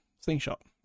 slingshot